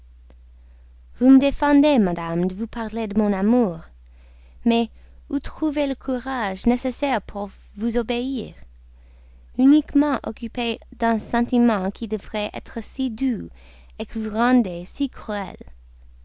vous me défendez madame de vous parler de mon amour mais où trouver le courage nécessaire pour vous obéir uniquement occupé d'un sentiment qui devrait être si doux que vous rendez si cruel